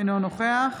אינו נוכח